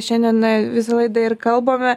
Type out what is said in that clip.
šiandien na visą laidą ir kalbame